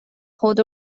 خود